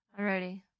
Alrighty